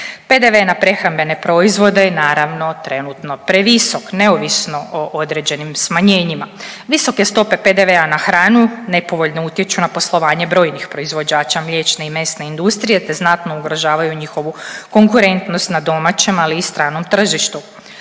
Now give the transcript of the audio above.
PDV na prehrambene proizvode i naravno trenutno previsok neovisno o određenim smanjenjima. Visoke stope PDV-a na hranu nepovoljno utječu na poslovanje brojnih proizvođača mliječne i mesne industrije, te znatno ugrožavaju njihovu konkurentnost na domaćem, ali i stranom tržištu.